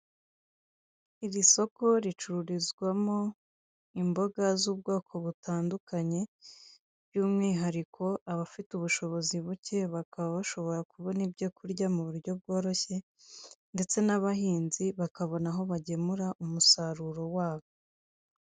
Iri soko ricururizwamo imboga z'ubwoko butandukanye, by'umwihariko abafite ubushobozi buke bakaba bashobora kubona ibyo kurya mu buryo bworoshye ndetse n'abahinzi bakabona aho bagemura umusaruro wabo.